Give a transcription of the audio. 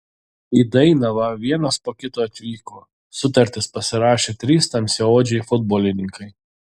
į dainavą vienas po kito atvyko sutartis pasirašė trys tamsiaodžiai futbolininkai